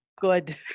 Good